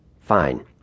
Fine